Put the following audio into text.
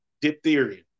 Diphtheria